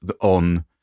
on